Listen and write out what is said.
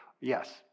Yes